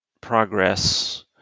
progress